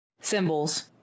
symbols